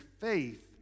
faith